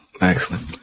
Excellent